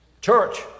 Church